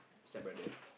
stepbrother